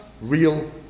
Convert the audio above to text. real